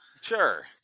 Sure